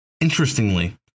Interestingly